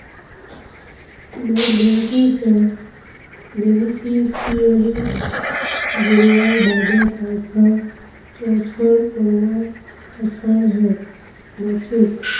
net banking स बेनिफिशियरीक जोड़वार बादे पैसा ट्रांसफर करवा असान है जाछेक